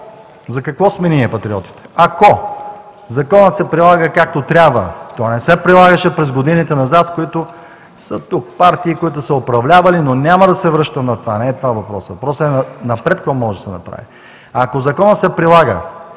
За какво сме ние, Патриотите? Ако законът се прилага както трябва, той не се прилагаше през годините назад, в които – тук са партии, които са управлявали, но няма да се връщам на това, не е това въпросът, въпросът е напред какво може да се направи – ако законът се прилага,